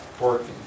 working